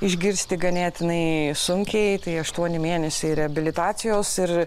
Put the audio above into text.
išgirsti ganėtinai sunkiai tai aštuoni mėnesiai reabilitacijos ir